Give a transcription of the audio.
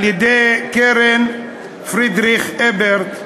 על-ידי קרן פרידריך אברט,